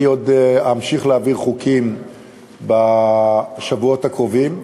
אני עוד אמשיך להעביר חוקים בשבועות הקרובים,